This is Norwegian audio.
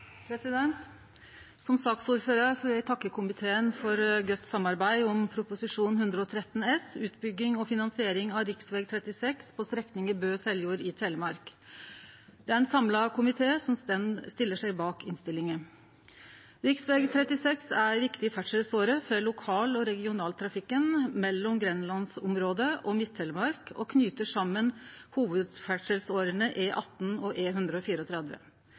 Som saksordførar vil eg takke komiteen for godt samarbeid om Prop. 113 S for 2017–2018, utbygging og finansiering av rv. 36 på strekninga Bø–Seljord i Telemark. Det er ein samla komité som stiller seg bak innstillinga. Rv. 36 er ei viktig ferdselsåre for lokal- og regionaltrafikken mellom Grenlands-området og Midt-Telemark og knyter saman hovudferdselsårene E18 og E134. Vegstandarden på strekninga Bø–Seljord er låg med krappe svingar og